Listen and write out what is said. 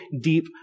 deep